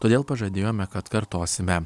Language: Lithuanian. todėl pažadėjome kad kartosime